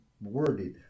worded